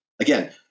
again